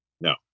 No